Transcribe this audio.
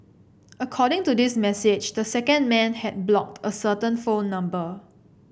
according to this message this second man had blocked a certain phone number